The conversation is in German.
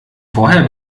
vorher